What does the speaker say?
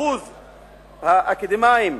שיעור האקדמאים,